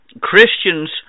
Christians